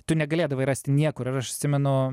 tu negalėdavai rasti niekur ir aš atsimenu